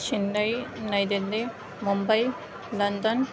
Chennai New Delhi Mumbai London